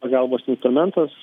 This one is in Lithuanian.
pagalbos liutenantas